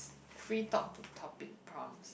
free talk to topic prompts